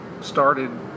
started